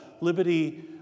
Liberty